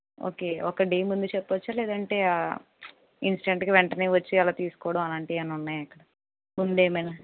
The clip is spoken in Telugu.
ఓకే ఒక డే ముందు చెప్పచ్చా లేదంటే ఇన్స్టెంట్గా వెంటనే వచ్చి అలా తీసుకోవడం అలాంటియి ఏవన్నా ఉన్నాయా ఇక్కడ ముందేమైనా